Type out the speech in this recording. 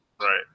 Right